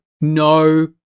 no